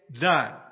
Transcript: done